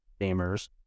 gamers